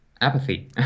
apathy